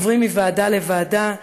עוברים מוועדה לוועדה,